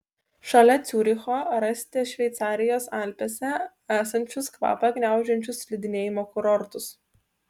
šalia ciuricho rasite šveicarijos alpėse esančius kvapą gniaužiančius slidinėjimo kurortus